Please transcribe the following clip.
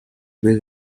based